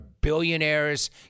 billionaires